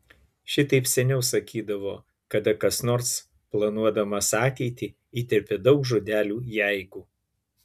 šitaip seniau sakydavo kada kas nors planuodamas ateitį įterpia daug žodelių jeigu